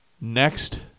Next